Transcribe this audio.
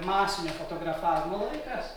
masinio fotografavimo laikas